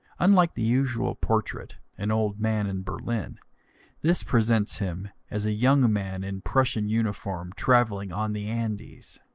unlike the usual portrait an old man, in berlin this presents him as a young man in prussian uniform, traveling on the andes.